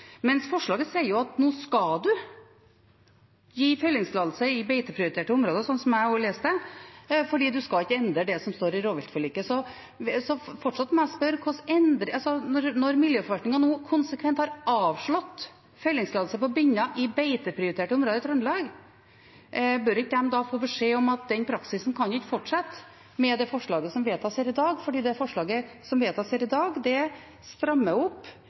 forslaget sier jo at nå skal man gi fellingstillatelse i beiteprioriterte områder, sånn som jeg leser det, fordi man ikke skal endre det som står i rovviltforliket. Så fortsatt må jeg spørre: Når miljøforvaltningen nå konsekvent har avslått fellingstillatelse på binner i beiteprioriterte områder i Trøndelag, bør man ikke der da få beskjed om at den praksisen ikke kan fortsette med det forslaget som vedtas her i dag, fordi det forslaget som vedtas her i dag, strammer opp